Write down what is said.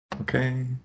Okay